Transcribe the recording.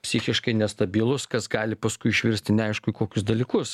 psichiškai nestabilūs kas gali paskui išvirsti neaišku į kokius dalykus